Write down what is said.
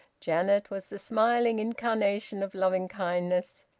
janet was the smiling incarnation of loving-kindness.